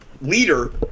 leader